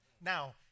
Now